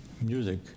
music